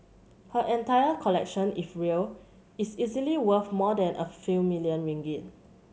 her entire collection if real is easily worth more than a few million ringgit